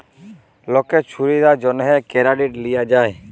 লকের ছুবিধার জ্যনহে কেরডিট লিয়া যায়